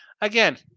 Again